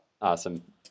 Awesome